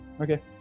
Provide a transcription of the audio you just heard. Okay